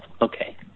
okay